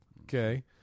Okay